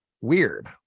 Weird